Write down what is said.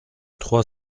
trois